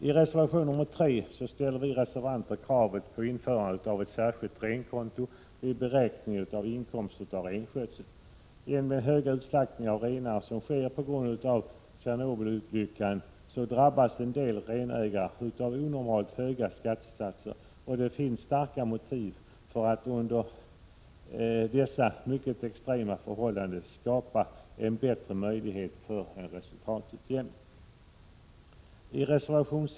I reservation 3 ställer vi reservanter krav på införande av ett särskilt renkonto vid beräkning av inkomst av renskötsel. Genom den omfattande utslaktning av renar som sker på grund av Tjernobylolyckan drabbas en del renägare av onormalt höga skattesatser, och det finns starka motiv för att under dessa mycket extrema förhållanden skapa en bättre möjlighet till resultatutjämning.